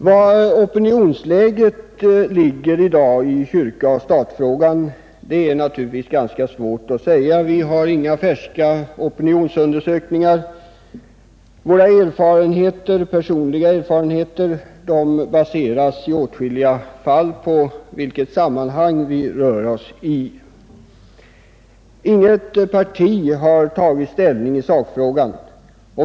Det är naturligtvis ganska svårt att säga hur opinionsläget i stat—kyrka-frågan i dag är. Vi har inga färska opinionsundersökningar härom, och våra personliga bedömningar blir i stor utsträckning baserade på i vilket sammanhang vi själva rör oss. Inget parti har tagit ställning i sakfrågan.